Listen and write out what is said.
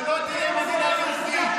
שלא תהיה מדינה יהודית.